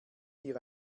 hier